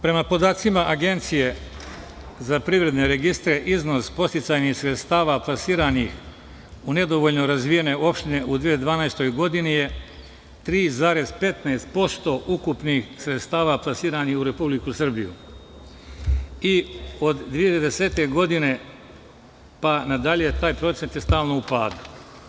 Prema podacima Agencije za privredne registre, iznos podsticajnih sredstava plasiranih u nedovoljno razvijene opštine u 2012. godini je 3,15% ukupnih sredstava plasiranih u Republiku Srbiju i od 2010. godine pa na dalje taj procenat je stalno u padu.